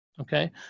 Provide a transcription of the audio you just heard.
okay